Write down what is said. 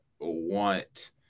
want